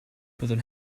byddwn